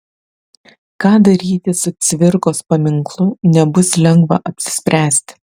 ką daryti su cvirkos paminklu nebus lengva apsispręsti